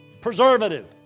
Preservative